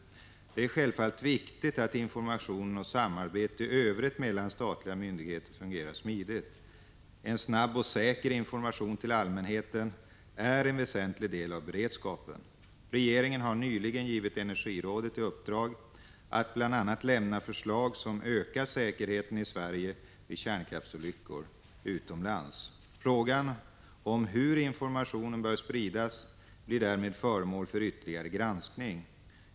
Det är självfallet viktigt att informationen och samarbetet i övrigt mellan statliga myndigheter fungerar smidigt. En snabb och säker information till allmänheten är en väsentlig del av beredskapen. Regeringen har nyligen givit energirådet i uppdrag att bl.a. lämna förslag som ökar säkerheten i Sverige vid kärnkraftsolyckor utomlands. Frågan om hur informationen bör spridas blir därmed föremål för ytterligare granskning.